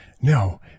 No